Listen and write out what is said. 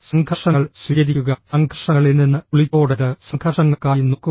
സംഘർഷങ്ങൾ സ്വീകരിക്കുക സംഘർഷങ്ങളിൽ നിന്ന് ഒളിച്ചോടരുത് സംഘർഷങ്ങൾക്കായി നോക്കുക